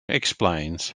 explains